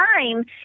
time